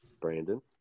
Brandon